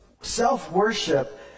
self-worship